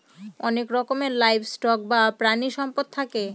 অনেক রকমের livestock বা প্রানীসম্পদ থাকে